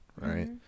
right